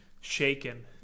shaken